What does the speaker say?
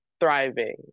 thriving